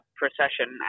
procession